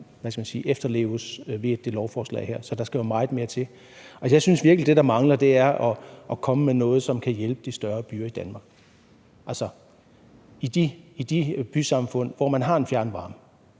efterleves i det lovforslag her, så der skal jo meget mere til. Altså, jeg synes virkelig, at det, der mangler, er, at man kommer med noget, som kan hjælpe de større byer i Danmark. I de bysamfund, hvor man har fjernvarme,